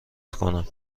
کنم